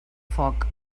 foc